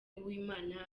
uwimana